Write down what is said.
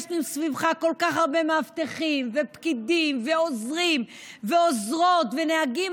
יש סביבך כל כך הרבה מאבטחים ופקידים ועוזרים ועוזרות ונהגים.